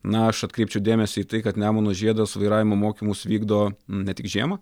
na aš atkreipčiau dėmesį į tai kad nemuno žiedas vairavimo mokymus vykdo ne tik žiemą